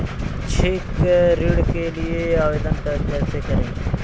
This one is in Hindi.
शैक्षिक ऋण के लिए आवेदन कैसे करें?